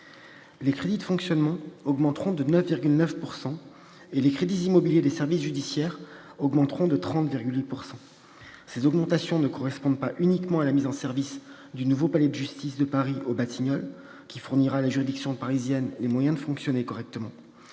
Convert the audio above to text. Les crédits de fonctionnement augmenteront de 9,9 % et les crédits immobiliers des services judiciaires de 30,8 %. Ces augmentations ne correspondent pas uniquement à la mise en service du nouveau palais de justice de Paris aux Batignolles qui fournira à la juridiction parisienne les moyens de fonctionner correctement.